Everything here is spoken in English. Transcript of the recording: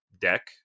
deck